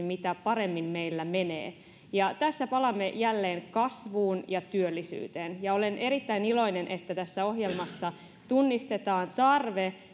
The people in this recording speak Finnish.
mitä paremmin meillä menee tässä palaamme jälleen kasvuun ja työllisyyteen olen erittäin iloinen että tässä ohjelmassa tunnistetaan tarve